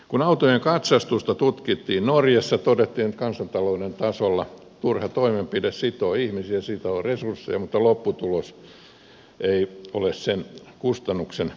kun autojen katsastusta tutkittiin norjassa todettiin että kansantalouden tasolla turha toimenpide sitoo ihmisiä sitoo resursseja mutta lopputulos ei ole sen kustannuksen veroinen